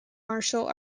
martial